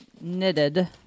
knitted